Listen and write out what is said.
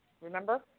Remember